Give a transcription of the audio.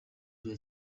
bya